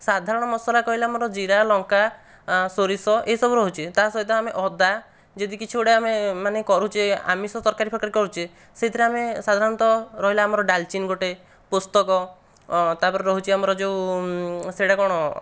ସାଧାରଣ ମସଲା କହିଲେ ଆମର ଜିରା ଲଙ୍କା ସୋରିଷ ଏହି ସବୁ ରହୁଛି ତା' ସହିତ ଆମେ ଅଦା ଯଦି କିଛି ଗୋଟାଏ ଆମେ ମାନେ କରୁଛେ ଆମିଷ ତରକାରୀ ଫରକାରୀ କରୁଛେ ସେଇଥିରେ ଆମେ ସାଧାରଣତଃ ରହିଲା ଆମର ଡାଲଚିନି ଗୋଟେ ପୋସ୍ତକ ତା ପରେ ରହୁଛି ଆମର ଯେଉଁ ସେଇଟା କ'ଣ